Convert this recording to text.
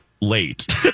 late